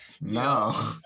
no